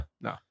No